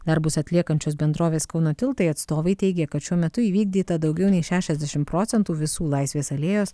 darbus atliekančios bendrovės kauno tiltai atstovai teigė kad šiuo metu įvykdyta daugiau nei šešiasdešimt procentų visų laisvės alėjos